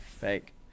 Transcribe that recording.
Fake